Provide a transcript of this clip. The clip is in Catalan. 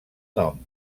nom